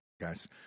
guys